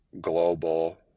global